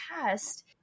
past